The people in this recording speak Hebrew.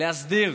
להסדיר